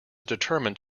determined